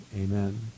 amen